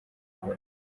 huye